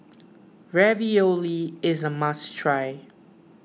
Ravioli is a must try